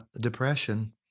Depression